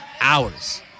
hours